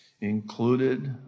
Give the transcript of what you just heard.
included